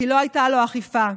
כי לא הייתה אכיפה,